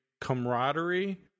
camaraderie